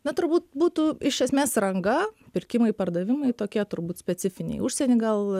na turbūt būtų iš esmės ranga pirkimai pardavimai tokie turbūt specifiniai užsieny gal